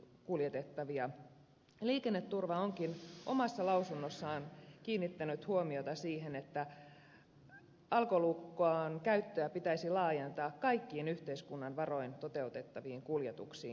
liikenneturva onkin omassa lausunnossaan kiinnittänyt huomiota siihen että alkolukon käyttöä pitäisi laajentaa kaikkiin yhteiskunnan varoin toteutettaviin kuljetuksiin